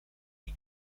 die